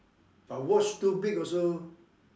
but watch too big also